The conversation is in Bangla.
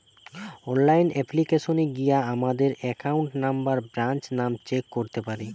অনলাইন অ্যাপ্লিকেশানে গিয়া আমাদের একাউন্ট নম্বর, ব্রাঞ্চ নাম চেক করতে পারি